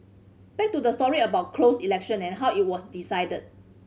back to the story about closed election and how it was decided